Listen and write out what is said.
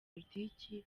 politiki